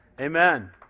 Amen